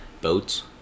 boats